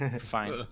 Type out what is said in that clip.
fine